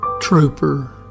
Trooper